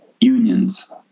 unions